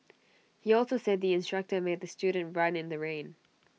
he also said the instructor made the student run in the rain